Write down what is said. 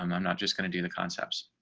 um i'm not just going to do the concepts.